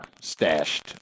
stashed